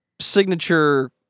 signature